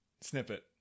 snippet